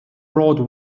broad